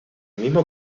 mismo